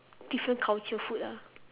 different culture food ah